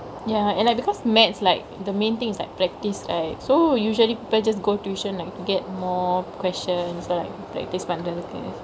ya and like because maths like the main thingk is like practice right so usually people just go tuition like get more questions like practice bundle I guess